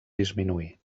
disminuir